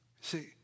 See